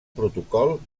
protocol